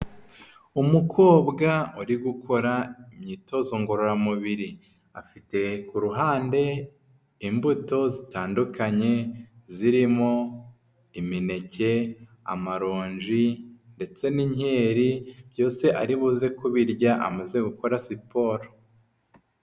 Umukobwa uri gukora imyitozo ngororamubiri. Afite ku ruhande imbuto zitandukanye zirimo imineke, amaronji ndetse n'inkeri, byose aribuze kubirya amaze gukora siporo.